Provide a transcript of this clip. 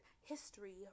history